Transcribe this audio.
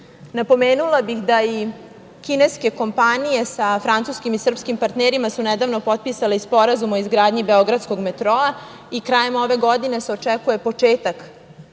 danas. Napomenula bih da i kineske kompanije sa francuskim i srpskim partnerima su nedavno potpisale i Sporazum o izgradnji „Beogradskog metroa“ i krajem ove godine se očekuje početak